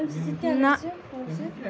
نہ